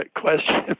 question